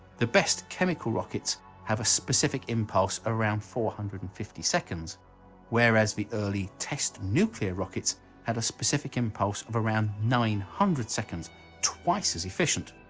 the best chemical rockets have a specific impulse around four hundred and fifty seconds whereas the early test nuclear rockets had a specific impulse of around nine hundred seconds twice as efficient.